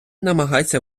намагається